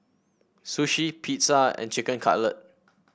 Sushi Pizza and Chicken Cutlet